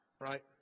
right